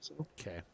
Okay